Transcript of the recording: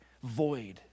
void